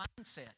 mindset